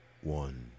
one